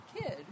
kid